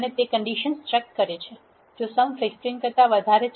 અને તે condition check કરે છે જો સમ 15 કરતા વધારે છે